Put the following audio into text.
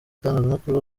itangazamakuru